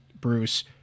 Bruce